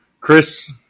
Chris